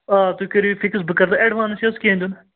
آ تُہۍ کٔرِو یہِ فِکِس بہٕ کر تۄہہِ اٮ۪ڈوانٛس چھُ حظ کیٚنٛہہ دیُن